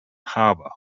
harbor